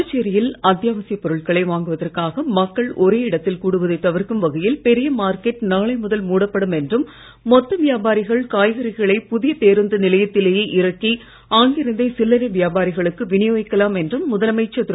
புதுச்சேரியில் அத்தியாவசிய பொருட்களை வாங்குவதற்காக மக்கள் ஒரே இடத்தில் கூடுவதை தவிர்க்கும் வகையில் பெரிய மார்க்கெட் நாளை முதல் மூடப்படும் என்றும் மொத்த வியாபாரிகள் காய்கறிகளை புதிய நிலையத்திலேயே இறக்கி அங்கிருந்தே சில்லரை பேருந்து விநியோகிக்கலாம் வியாபாரிகளுக்கு என்றும் முதலமைச்சர் திரு